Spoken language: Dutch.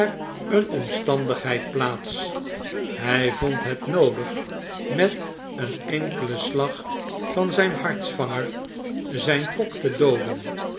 een omstandigheid plaats hy vond het noodig met een enkelen slag van zyn hartsvanger zyn kok te dooden